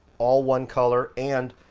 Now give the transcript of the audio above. all one color and,